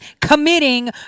committing